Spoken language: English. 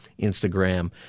Instagram